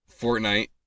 Fortnite